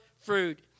fruit